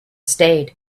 stayed